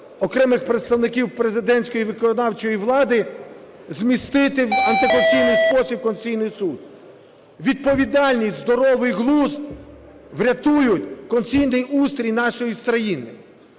окремих представників президентської виконавчої влади змістити в антиконституційний спосіб Конституційний Суд. Відповідальність, здоровий глузд врятують конституційний устрій нашої країни.